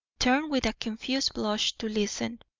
turned with a confused blush to listen.